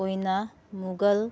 ꯑꯣꯏꯅ ꯃꯨꯒꯜ